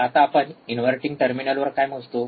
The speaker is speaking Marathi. आता आपण इन्व्हर्टिंग टर्मिनलवर काय मोजतो